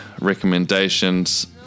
recommendations